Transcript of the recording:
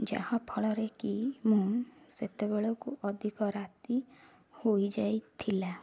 ଯାହାଫଳରେ କି ମୁଁ ସେତେବେଳେ କୁ ଅଧିକ ରାତି ହୋଇଯାଇଥିଲା